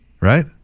right